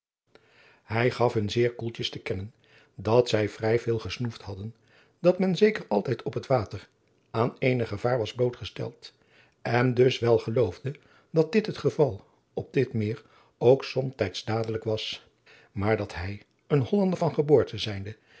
hij gaf hun zeer koeltjes te kennen nadat zij vrij veel gesnoefd hadden dat men zeker altijd op het water aan eenig gevaar was blootgesteld en dus wel geloofde dat dit het geval op dit meer ook somtijds dadelijk was maar dat hij een hollander van geboorte zijnde